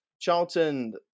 Charlton